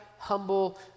humble